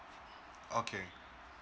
okay